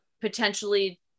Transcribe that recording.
potentially